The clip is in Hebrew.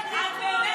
את באמת,